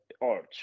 arch